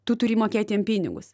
tu turi mokėt jiem pinigus